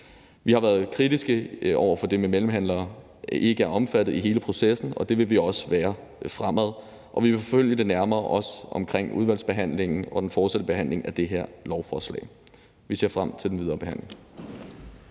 Vi har været kritiske over for, at det med mellemhandlere ikke er omfattet, i hele processen, og det vil vi også være fremover, og vi vil forfølge det nærmere, også i udvalgsbehandlingen og den fortsatte behandling af det her lovforslag. Vi ser frem til den videre behandling.